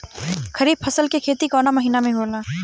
खरीफ फसल के खेती कवना महीना में होला?